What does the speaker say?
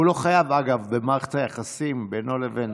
הוא לא חייב, אגב, במערכת היחסים בינו לבין,